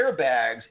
airbags